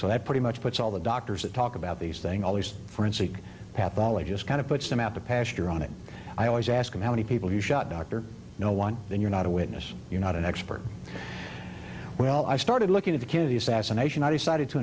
so that pretty much puts all the doctors that talk about these thing all the forensic pathologist kind of puts them out to pasture on it i always ask him how many people you shot dr no one then you're not a witness you're not an expert well i started looking at the kennedy assassination i decided to